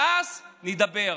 ואז נדבר.